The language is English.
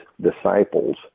disciples